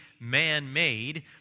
man-made